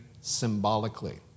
symbolically